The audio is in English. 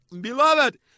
Beloved